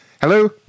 Hello